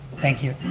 thank you.